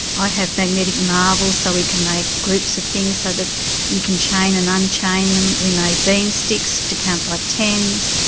i have magnetic marbles so we can make groups of things so you can chain and unchain them. we made bean sticks to count by tens.